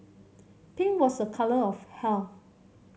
pink was a colour of health